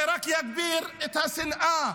זה רק יגביר את השנאה.